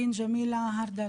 עו"ד ג'מילה הרדל